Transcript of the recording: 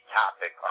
topic